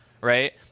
right